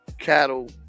cattle